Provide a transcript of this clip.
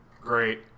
great